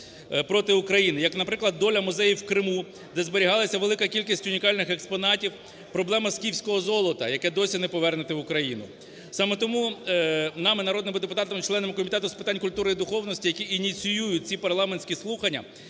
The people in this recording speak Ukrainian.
проти України, як, наприклад, доля музеїв у Криму, де зберігалася велика кількість унікальних експонатів. Проблема "скіфського злота", яке досі не повернуто в Україну. Саме тому нами, народними депутатами членами Комітету з питань культури і духовності, які ініціюють ці парламентські слухання